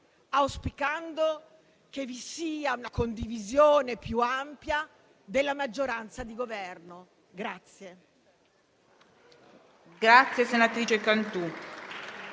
auspicando che vi sia una condivisione più ampia della maggioranza di Governo.